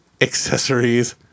accessories